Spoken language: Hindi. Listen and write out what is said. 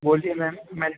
बोलिए मैम मैं